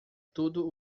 tudo